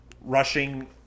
rushing